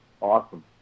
Awesome